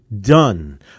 Done